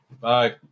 bye